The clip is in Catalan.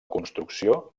construcció